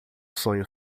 sonho